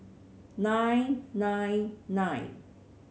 nine nine nine